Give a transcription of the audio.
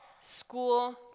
school